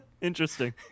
interesting